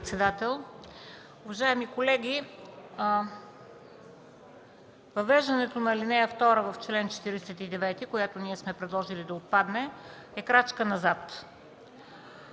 Уважаеми колеги, въвеждането на ал. 2 в чл. 49, която сме предложили да отпадне, е крачка назад.